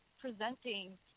presenting